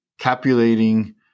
capulating